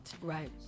Right